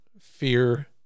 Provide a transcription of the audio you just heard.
fear